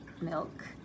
milk